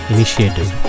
Initiative